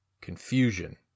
confusion